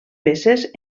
peces